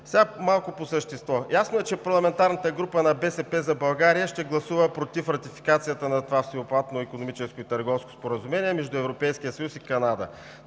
Сега малко по същество. Ясно е, че парламентарната група на „БСП за България“ ще гласува против ратификацията на това Всеобхватно икономическо и търговско споразумение между Европейския съюз и Канада.